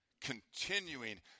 continuing